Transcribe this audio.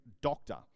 doctor